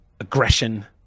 aggression